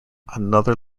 another